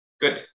good